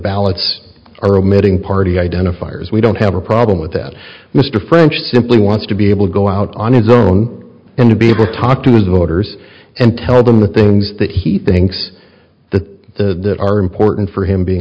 ballots are omitting party identifiers we don't have a problem with that mr french simply wants to be able to go out on his own and to be able to talk to his voters and tell them the things that he thinks that the that are important for him being